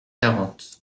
quarante